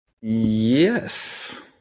Yes